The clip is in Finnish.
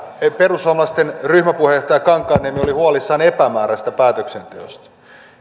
perussuomalaisten ryhmäpuheenjohtaja kankaanniemi oli huolissaan epämääräisestä päätöksenteosta